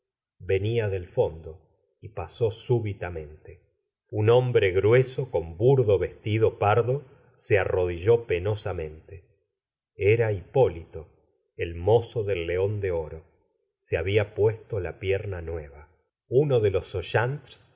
venia del fondo y pasó súbitamente un hombre grueso con burdo vestido pardo se arrodilló penosamente era hipólito el mozo del león de oro se babia puesto la pierna nueva uno de los